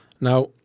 Now